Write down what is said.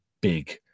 big